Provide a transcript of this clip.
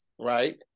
right